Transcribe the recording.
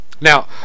Now